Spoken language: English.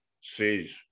says